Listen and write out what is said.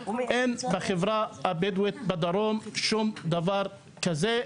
אין בחברה הבדואית בדרום שום דבר כזה.